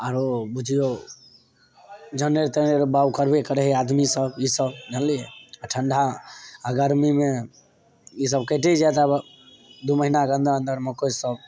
आरो बुझियौ जनेर तनेर बाग करबे करै हइ आदमी सब ई सब जनलियै आ ठण्ढा आ गरमीमे इसब कैटि जायत आब दू महिनाके अन्दर अन्दरमे मकइ सब